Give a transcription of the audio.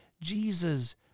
Jesus